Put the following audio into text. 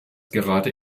gerade